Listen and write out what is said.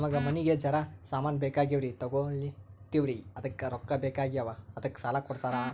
ನಮಗ ಮನಿಗಿ ಜರ ಸಾಮಾನ ಬೇಕಾಗ್ಯಾವ್ರೀ ತೊಗೊಲತ್ತೀವ್ರಿ ಅದಕ್ಕ ರೊಕ್ಕ ಬೆಕಾಗ್ಯಾವ ಅದಕ್ಕ ಸಾಲ ಕೊಡ್ತಾರ?